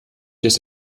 des